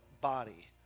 body